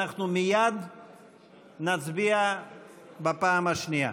אנחנו מייד נצביע בפעם השנייה.